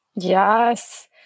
Yes